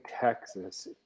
Texas